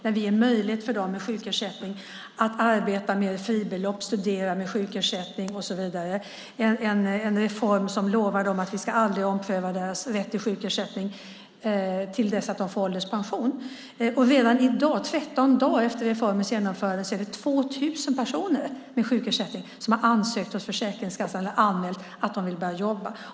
Då gav vi möjlighet för dem med sjukersättning att arbeta med fribelopp, studera med sjukersättning och så vidare. Det är en reform som lovar dem att vi inte ska ompröva deras rätt till sjukersättning fram till dess att de får ålderspension. Redan i dag, 13 dagar efter reformens genomförande, är det 2 000 personer med sjukersättning som har anmält till Försäkringskassan att de vill börja jobba.